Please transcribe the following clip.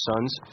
son's